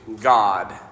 God